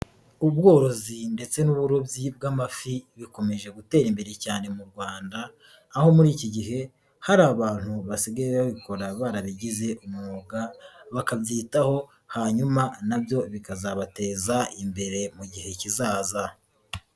Ubworozi ndetse n'uburobyi bw'amafi bikomeje gutera imbere cyane mu Rwanda, aho muri iki gihe hari abantu basigaye babikora barabigize umwuga, bakabyitaho hanyuma na byo bikazabateza imbere mu gihe kizaza.